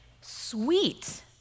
sweet